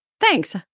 Thanks